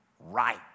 right